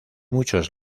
muchos